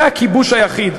זה הכיבוש היחיד,